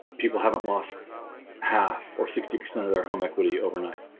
people haven't lost half or sixty percent of their home equity overnight